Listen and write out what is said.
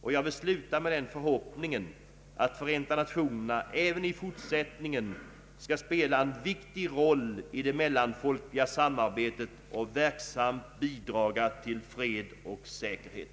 och jag vill sluta med den förhoppningen att Förenta nationerna även i fortsättningen skall spela en viktig roll i det mellanfolkliga samarbetet och verksamt bidraga till fred och säkerhet.